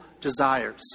desires